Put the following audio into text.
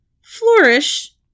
flourish